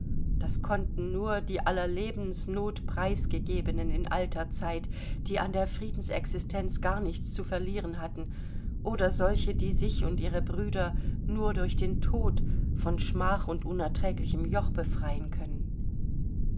das konnten nur die aller lebensnot preisgegebenen in alter zeit die an der friedensexistenz gar nichts zu verlieren hatten oder solche die sich und ihre brüder nur durch den tod von schmach und unerträglichem joch befreien können